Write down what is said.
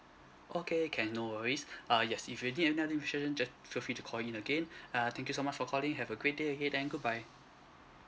okay can no worries uh yes if you need any information just feel free to call in again uh thank you so much for calling have a great day ahead then goodbye